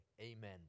Amen